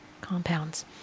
compounds